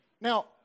Now